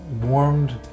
warmed